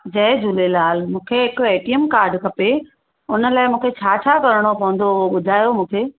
जय झुलेलाल मूंखे हिक A T M card खपे हुन लाइ मूंखे छा छा करणो पवंदो हू ॿुधायो मूंखे